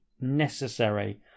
necessary